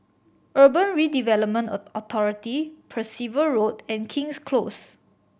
Urban Redevelopment Authority Percival Road and King's Close